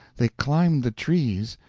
they climbed the trees,